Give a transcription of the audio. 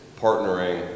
partnering